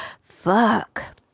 fuck